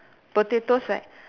potato sack